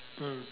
mm